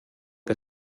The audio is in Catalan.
que